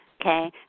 Okay